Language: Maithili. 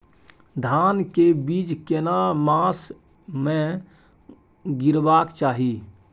धान के बीज केना मास में गीराबक चाही?